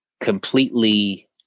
completely